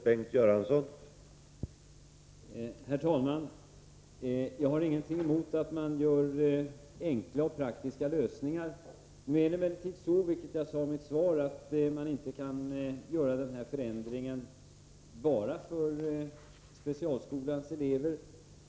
Herr talman! Jag har ingenting emot att man åstadkommer enkla och praktiska lösningar. Nu är det emellertid så, vilket jag sade i mitt svar, att man inte kan göra den här förändringen bara för specialskolans elever.